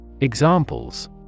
Examples